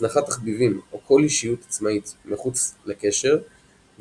הזנחת תחביבים או כל אישיות עצמאית מחוץ לקשר וניסיונות